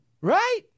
Right